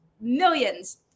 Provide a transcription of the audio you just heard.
millions